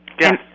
Yes